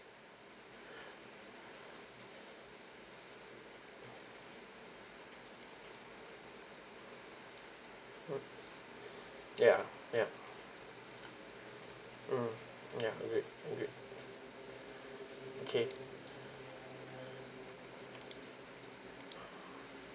mm ya ya mm ya agreed agreed okay